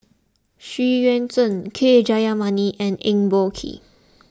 Xu Yuan Zhen K Jayamani and Eng Boh Kee